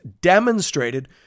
demonstrated